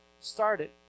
started